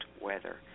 weather